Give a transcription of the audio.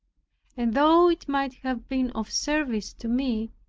and though it might have been of service to me,